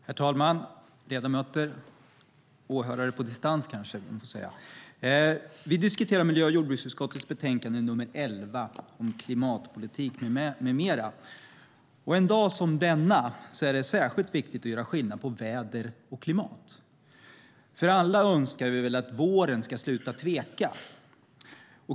Herr talman, ledamöter och åhörare på distans! Vi diskuterar miljö och jordbruksutskottets betänkande nr 11 om klimatpolitik med mera. En dag som denna är det särskilt viktigt att göra skillnad mellan väder och klimat. Alla önskar vi väl att våren ska sluta tveka.